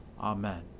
Amen